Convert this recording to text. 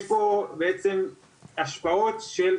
יש פה בעצם השפעות מגוונות,